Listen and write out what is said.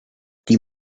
die